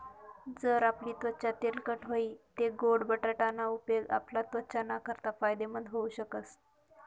जर आपली त्वचा तेलकट व्हयी तै गोड बटाटा ना उपेग आपला त्वचा नाकारता फायदेमंद व्हऊ शकस